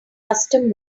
custom